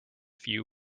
few